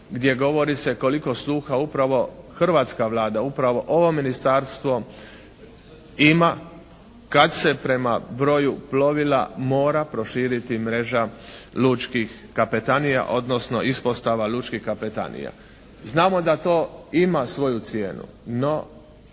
gdje govori se koliko sluha upravo hrvatska Vlada, upravo ovo ministarstvo ima kad se prema broju plovila mora proširiti mreža lučkih kapetanija, odnosno ispostava lučkih kapetanija. Znamo da to ima svoju cijenu, no